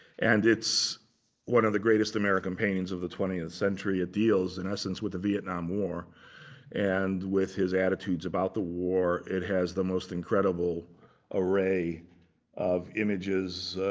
and it's one of the greatest american paintings of the twentieth century. it deals, in essence, with the vietnam war and with his attitudes about the war. it has the most incredible array of images.